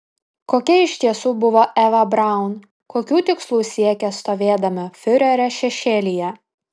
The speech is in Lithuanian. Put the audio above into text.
kokia iš tiesų buvo eva braun kokių tikslų siekė stovėdama fiurerio šešėlyje